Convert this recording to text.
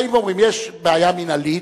באים ואומרים: יש בעיה מינהלית,